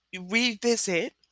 revisit